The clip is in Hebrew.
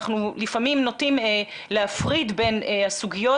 אנחנו לפעמים נוטים להפריד בין הסוגיות,